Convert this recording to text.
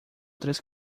três